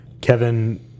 Kevin